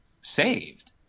saved